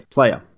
Player